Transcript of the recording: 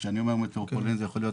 כשאני מדבר על מטרופולין זה יכול להיות